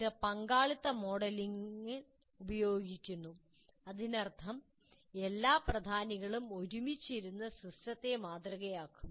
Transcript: ഇത് പങ്കാളിത്ത മോഡലിംഗ് ഉപയോഗിക്കുന്നു അതിനർത്ഥം അതിലെ എല്ലാ പ്രധാനികളും ഒരുമിച്ച് ഇരുന്ന് സിസ്റ്റത്തെ മാതൃകയാക്കും